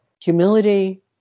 humility